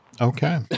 Okay